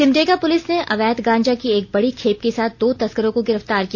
सिमडेगा पुलिस ने अवैध गांजा की एक बड़ी खेप के साथ दो तस्करों को गिरफ्तार किया